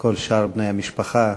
כל שאר בני המשפחה.